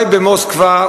אולי במוסקבה,